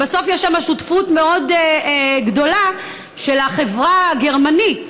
אבל בסוף יש שם שותפות מאוד גדולה של החברה הגרמנית.